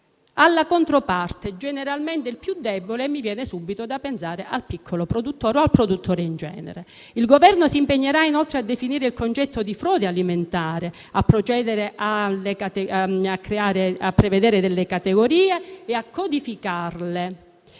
alla controparte, quasi sempre la più debole (mi viene subito da pensare al piccolo produttore o al produttore in genere). Il Governo si impegnerà inoltre a definire il concetto di frode alimentare, a procedere a prevedere categorie e a codificarle